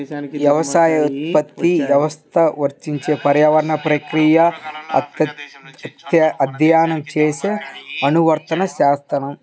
వ్యవసాయోత్పత్తి వ్యవస్థలకు వర్తించే పర్యావరణ ప్రక్రియలను అధ్యయనం చేసే అనువర్తిత శాస్త్రం